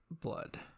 blood